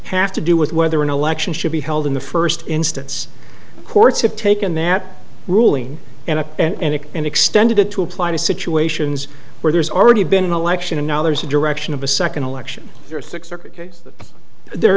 have to do with whether an election should be held in the first instance the courts have taken that ruling and and it and extended it to apply to situations where there's already been an election and now there's a direction of a second election you're th